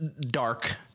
dark